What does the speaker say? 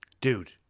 Dude